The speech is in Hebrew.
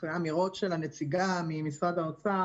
אחרי האמירות של הנציגה ממשרד האוצר,